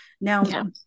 now